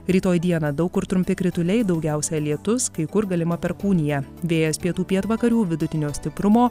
rytoj dieną daug kur trumpi krituliai daugiausia lietus kai kur galima perkūnija vėjas pietų pietvakarių vidutinio stiprumo